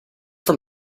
from